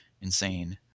insane